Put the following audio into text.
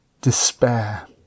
despair